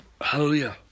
Hallelujah